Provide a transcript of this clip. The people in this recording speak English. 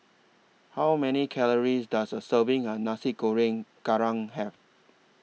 How Many Calories Does A Serving of Nasi Goreng Kerang Have